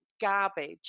garbage